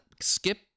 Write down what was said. skip